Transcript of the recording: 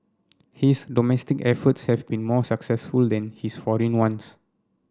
his domestic efforts have been more successful than his foreign ones